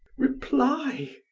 reply,